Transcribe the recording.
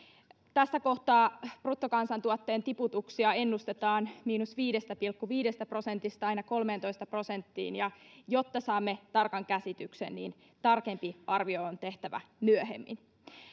tässä kohtaa bruttokansantuotteen tiputuksia ennustetaan viidestä pilkku viidestä prosentista aina kolmeentoista prosenttiin ja jotta saamme tarkan käsityksen niin tarkempi arvio on tehtävä myöhemmin